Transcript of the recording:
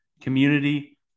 Community